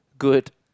good